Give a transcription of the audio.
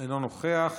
אינו נוכח,